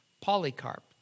Polycarp